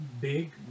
big